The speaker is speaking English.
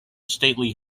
stately